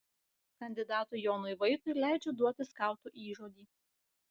kandidatui jonui vaitui leidžiu duoti skautų įžodį